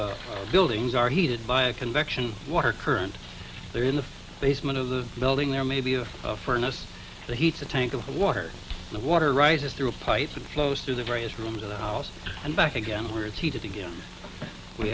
and buildings are heated by a convection water current there in the basement of the building there may be a furnace to heat a tank of water the water rises through a pipe that flows through the various rooms in the house and back again where it's heated again we